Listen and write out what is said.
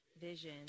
Vision